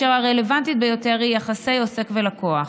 הרלוונטית ביותר היא יחסי עוסק ולקוח.